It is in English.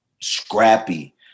scrappy